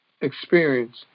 experience